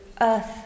Earth